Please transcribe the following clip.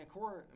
Core